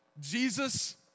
Jesus